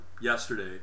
yesterday